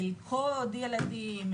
"ללכוד ילדים",